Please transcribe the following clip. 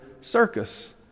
circus